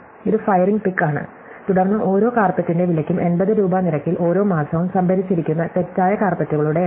ഇത് firing pick ആണ് തുടർന്ന് ഓരോ കാര്പെറ്റിന്റെ വിലയ്ക്കും 80 രൂപ നിരക്കിൽ ഓരോ മാസവും സംഭരിച്ചിരിക്കുന്ന തെറ്റായ കാര്പെറ്റുകളുടെ എണ്ണം